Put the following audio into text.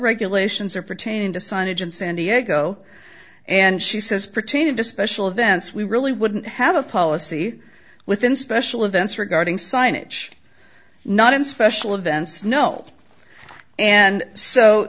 regulations are pertaining to signage in san diego and she says pertaining to special events we really wouldn't have a policy within special events regarding signage not in special events no and so